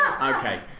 Okay